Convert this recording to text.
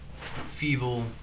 feeble